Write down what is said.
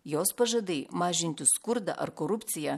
jos pažadai mažinti skurdą ar korupciją